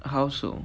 household